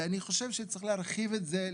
ואני חושב שצריך להרחיב את זה.